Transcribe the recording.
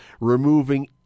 removing